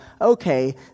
okay